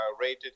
rated